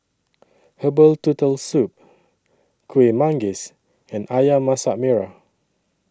Herbal Turtle Soup Kuih Manggis and Ayam Masak Merah